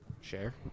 Share